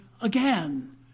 again